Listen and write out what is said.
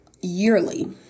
yearly